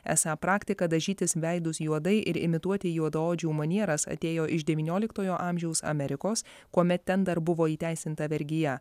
esą praktika dažytis veidus juodai ir imituoti juodaodžių manieras atėjo iš devynioliktojo amžiaus amerikos kuomet ten dar buvo įteisinta vergija